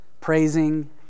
praising